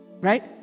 Right